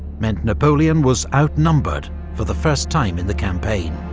meant napoleon was outnumbered for the first time in the campaign.